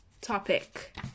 topic